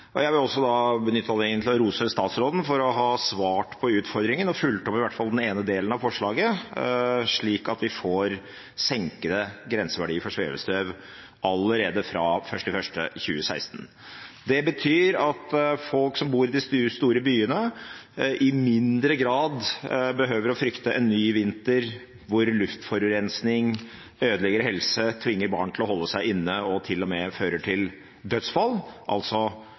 Jeg vil også benytte anledningen til å rose statsråden for å ha svart på utfordringen og fulgt opp i hvert fall den ene delen av forslaget, slik at vi får senkede grenseverdier for svevestøv allerede fra 1. januar 2016. Det betyr at folk som bor i de store byene, i mindre grad behøver å frykte en ny vinter hvor luftforurensning ødelegger helse, tvinger barn til å holde seg inne og til og med fører til dødsfall, altså